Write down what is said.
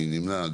מי נמנע?